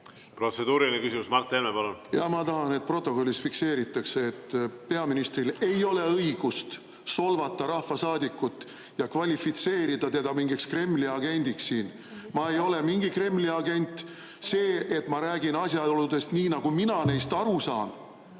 Jah, ma tahan, et protokollis fikseeritaks, et peaministril ei ole õigust solvata rahvasaadikut ja kvalifitseerida teda mingiks Kremli agendiks siin. Ma ei ole mingi Kremli agent. See, et ma räägin asjaoludest, nii nagu mina neist aru saan